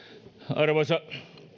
arvoisa